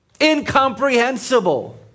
incomprehensible